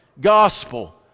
gospel